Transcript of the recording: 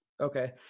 Okay